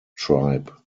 tribe